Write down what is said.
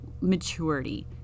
maturity